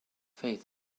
faith